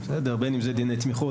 בין אם זה דיני תמיכות,